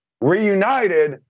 reunited